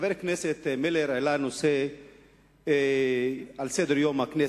חבר הכנסת מילר העלה נושא על סדר-יום של הכנסת,